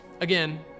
Again